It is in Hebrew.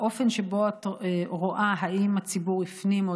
האופן שבו את רואה אם הציבור הפנים או